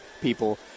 people